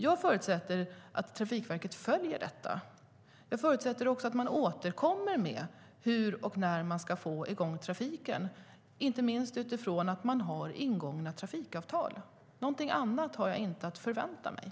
Jag förutsätter att Trafikverket följer detta. Jag förutsätter också att de återkommer med besked om hur och när de får i gång trafiken, inte minst med tanke på att det finns ingångna trafikavtal. Någonting annat förväntar jag mig inte.